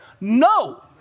No